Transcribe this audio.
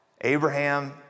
Abraham